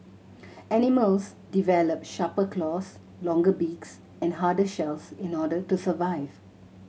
animals develop sharper claws longer beaks and harder shells in order to survive